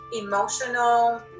emotional